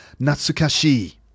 Natsukashi